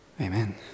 amen